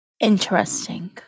Interesting